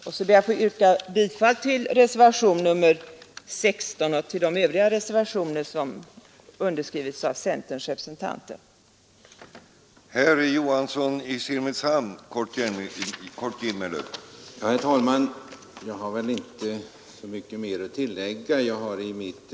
Jag ber att få yrka bifall till reservationen 16, som jag här talat om, och även till de övriga reservationer där centerrepresentanternas namn står antecknade.